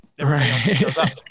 right